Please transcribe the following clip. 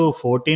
14